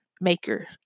maker